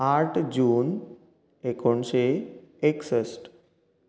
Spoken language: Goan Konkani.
आठ जून एकोणशे एकसश्ठ